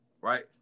right